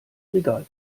regal